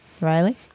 Riley